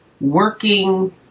working